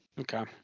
okay